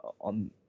on